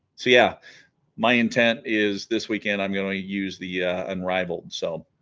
so yeah my intent is this weekend i'm gonna use the unrivaled so